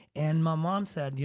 and my mom said, yeah